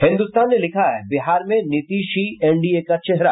हिन्दुस्तान ने लिखा है बिहार में नीतीश ही एनडीए का चेहरा